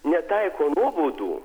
netaiko nuobaudų